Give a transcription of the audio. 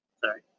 sorry